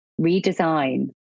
redesign